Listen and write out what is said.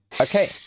Okay